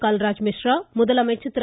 கல்ராஜ் மிஸ்ரா முதலமைச்சர் திரு